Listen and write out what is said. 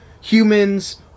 humans